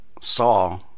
saw